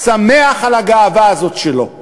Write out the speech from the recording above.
אני שמח על הגאווה הזאת שלו.